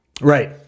Right